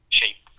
shape